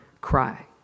cry